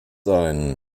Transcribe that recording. ein